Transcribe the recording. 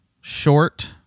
short